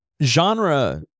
Genre